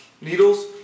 needles